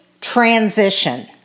transition